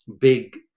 big